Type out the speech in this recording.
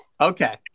Okay